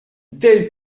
telle